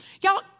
Y'all